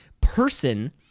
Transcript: person